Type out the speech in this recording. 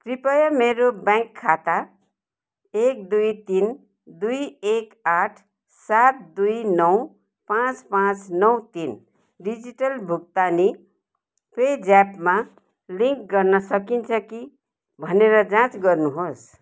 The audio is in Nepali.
कृपया मेरो ब्याङ्क खाता एक दुई तिन दुई एक आठ सात दुई नौ पाँच पाँच नौ तिन डिजिटल भुक्तानी पेज्यापमा लिङ्क गर्न सकिन्छ कि भनेर जाँच गर्नुहोस्